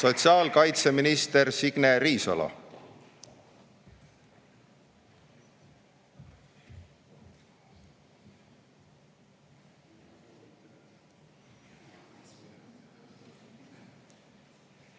Sotsiaalkaitseminister Signe Riisalo.